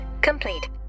complete